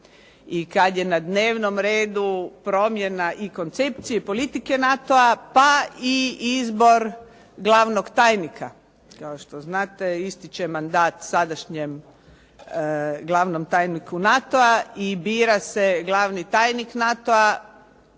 i kada je na dnevnom redu promjena i koncepcije, politike NATO-a pa i izbor glavnog tajnika. Kao što znate ističe mandat sadašnjem glavnom tajniku NATO-a i bira se glavni tajnik NATO-a